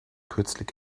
kürzlich